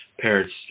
parents